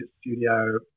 studio